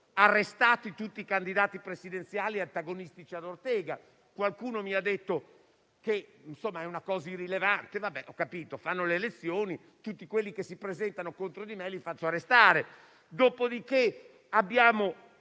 arrestati tutti i candidati presidenziali antagonisti di Ortega. Qualcuno mi ha detto che è una cosa irrilevante: certo, si fanno le elezioni e tutti quelli che si presentano contro di me li faccio arrestare. Abbiamo